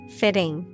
fitting